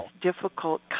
difficult